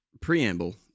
preamble